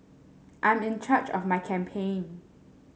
I'm in charge of my campaign